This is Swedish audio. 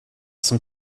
som